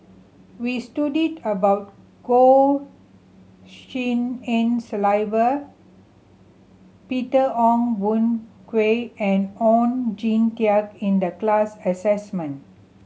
we about Goh Tshin En Sylvia Peter Ong Boon Kwee and Oon Jin Teik in the class